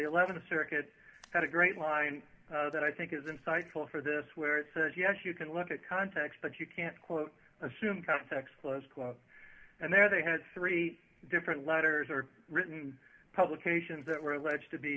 th circuit had a great line that i think is insightful for this where it says yes you can look at context but you can't quote assume context close quote and there they had three different letters or written publications that were alleged to be